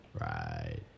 Right